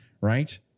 right